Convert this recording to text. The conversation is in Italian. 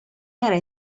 era